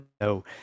no